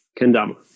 Kendama